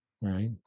right